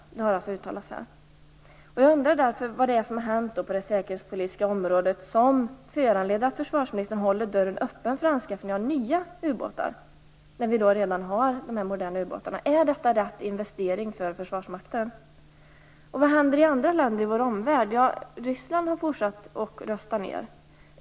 Det har alltså uttalats här. Jag undrar därför vad som har hänt på det säkerhetspolitiska området som föranleder att försvarsministern håller dörren öppen för anskaffning av nya ubåtar, när vi redan har dessa moderna ubåtar. Är detta rätt investering för Försvarsmakten? Vad händer i andra länder i vår omvärld? Ryssland har fortsatt att rusta ner.